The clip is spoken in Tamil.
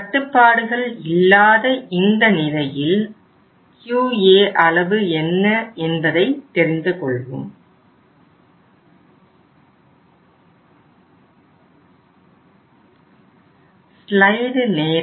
கட்டுப்பாடுகள் இல்லாத இந்த நிலையில் QA அளவு என்ன என்பதை தெரிந்து கொள்வோம்